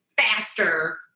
Faster